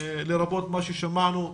לרבות מה ששמענו,